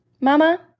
Mama